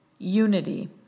unity